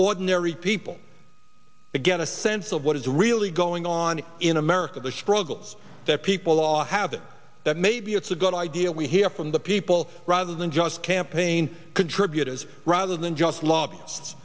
ordinary people to get a sense of what is really going on in america the struggles that people are having that maybe it's a good idea we hear from the people rather than just campaign contributors rather than just lobb